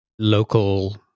local